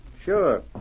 Sure